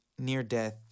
Near-death